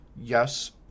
Yes